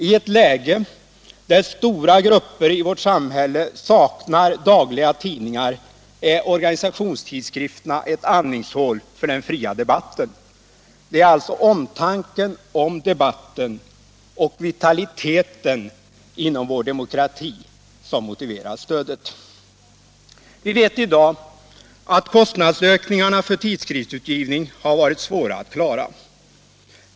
I ett läge där stora grupper i vårt samhälle saknar dagliga tidningar är organisationstidskrifterna ett andningshål för den fria debatten. Det är alltså omtanken om debatten och vitaliteten inom vår demokrati som motiverar stödet. Vi vet i dag att kostnadsökningarna för tidskriftsutgivning har varit svåra att klara.